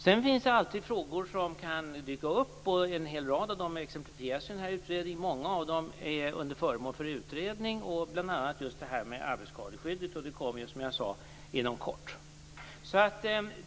Det finns alltid frågor som kan dyka upp, och många av dem exemplifieras i utredningen. Många är föremål för utredning, bl.a. just arbetsskadeskyddet. Som jag sade kommer rapporten inom kort.